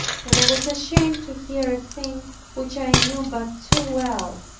and i was ashamed to hear a thing which i knew but too well,